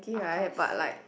of course but